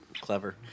clever